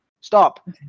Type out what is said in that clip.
stop